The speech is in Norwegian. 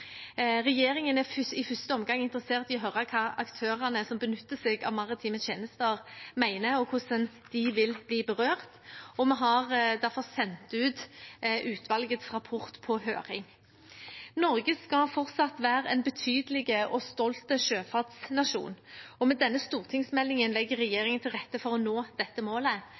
Regjeringen er i første omgang interessert i å høre hva aktørene som benytter seg av maritime tjenester, mener, og hvordan de vil bli berørt. Vi har derfor sendt ut utvalgets rapport på høring. Norge skal fortsatt være en betydelig og stolt sjøfartsnasjon, og med denne stortingsmeldingen legger regjeringen til rette for å nå dette målet,